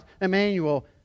Emmanuel